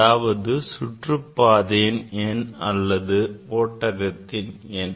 அதாவது சுற்றுப்பாதையின் எண் அல்லது ஓட்டகத்தின் எண்